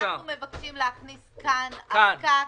אנחנו מבקשים להכניס כאן ארכה.